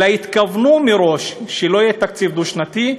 אלא התכוונו מראש שלא יהיה תקציב דו-שנתי,